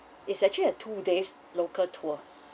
it's actually a two days local tour